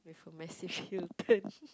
with a massive heel turn